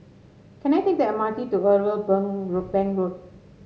can I take the M R T to Irwell Road Bank Road